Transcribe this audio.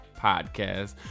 podcast